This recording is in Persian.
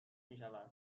میشود